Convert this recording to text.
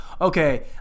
okay